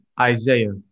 Isaiah